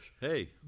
Hey